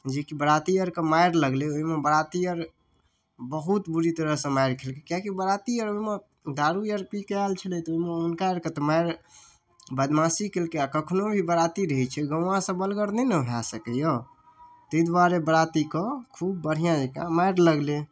जेकि बाराती आरके मारि लगलै ओहिमे बाराती आर बहुत बुरी तरह से मारि आर खेलकै किएकि बाराती आरमे दारु आर पी कऽ आयल छलै दुनू हुनका आरके तऽ मारि बदमाशी केलकै आ कखनो जे बाराती रहै छै गउँआ से बलगर नहि ने भए सकैया ताहि दुआरे बारातीके बढ़िऑं जकाँ मारि लगलै